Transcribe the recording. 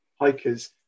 hikers